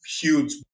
huge